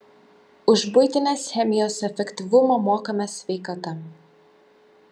už buitinės chemijos efektyvumą mokame sveikata